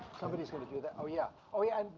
somebody's gonna do that. oh, yeah, oh yeah,